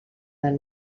del